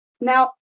Now